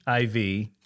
IV